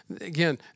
again